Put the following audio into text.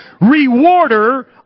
rewarder